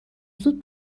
زود